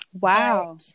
Wow